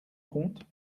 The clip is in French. compte